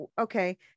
okay